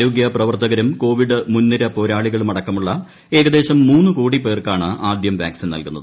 ആരോഗ്യ പ്രവർത്തകരും കോവിഡ് മുൻനിര പോരാളികളുമടക്കമുള്ള ഏകദേശം മൂന്ന് കോടി പേർക്കാണ് ആദ്യം വാക്സിൻ നൽകുന്നത്